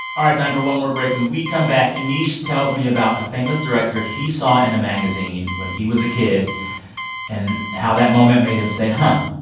all right time for one more break. when we come back, aneesh tells me about a famous director he saw in a magazine when he was a kid and how that moment made him say, huh,